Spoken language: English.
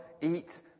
eat